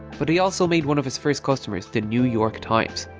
but he also made one of his first customers the new york times.